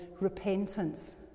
repentance